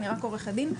אני רק עורכת דין,